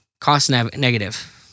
cost-negative